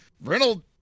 reynolds